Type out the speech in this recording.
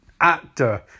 Actor